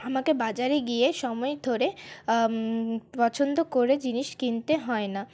আমাকে বাজারে গিয়ে সময় ধরে পছন্দ করে জিনিস কিনতে হয় না